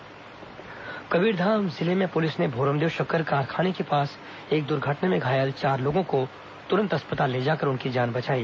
कबीरधाम दुर्घटना कबीरधाम जिले में पुलिस ने भोरमदेव शक्कर कारखाने के पास एक दुर्घटना में घायल चार लोगों को तुरंत अस्पताल ले जाकर उनकी जान बचाई